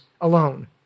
alone